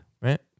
right